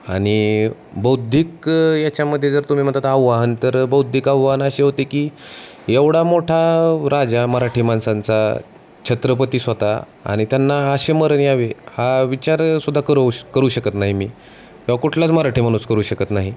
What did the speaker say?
आणि बौद्धिक याच्यामध्ये जर तुम्ही म्हणता आव्हान तर बौद्धिक आव्हान अशी होते की एवढा मोठा राजा मराठी माणसांचा छत्रपती स्वतः आणि त्यांना असे मरण यावे हा विचारसुद्धा करू श करू शकत नाही मी किवा कुठलाच मराठी माणूस करू शकत नाही